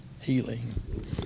healing